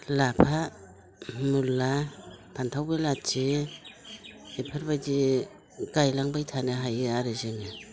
लाफा मुला फानथाव बेलाथि बेफोरबायदि गायलांबाय थानो हायो आरो जोङो